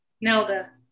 Nelda